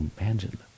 Imagine